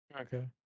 Okay